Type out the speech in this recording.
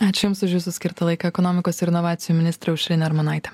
ačiū jums už jūsų skirtą laiką ekonomikos ir inovacijų ministrė aušrinė armonaitė